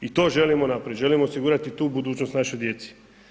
I to želimo napraviti, želimo osigurati tu budućnost našoj djeci.